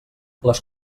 les